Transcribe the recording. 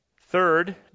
Third